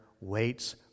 waits